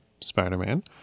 Spider-Man